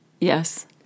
Yes